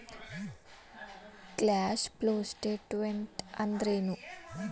Cash flow statement ಅಂದ್ರೇನು?